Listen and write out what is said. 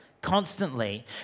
constantly